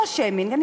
לא שיימינג,